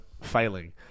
Failing